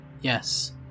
yes